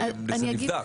אני שואל אם זה נבדק.